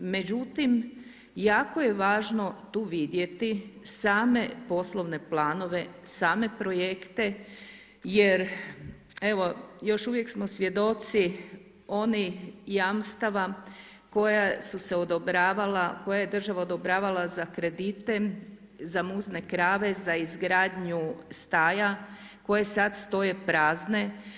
Međutim, jako je važno vidjeti same poslovne planove, same projekte jer evo, još uvijek smo svjedoci, onih jamstava koja su se odobravala, koje je država odobravala za kredite, za muzne krave, za izgradnju staja koje sada stoje prazne.